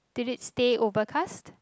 did it stay overcast